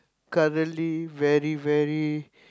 currently very very